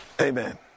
Amen